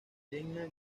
jenna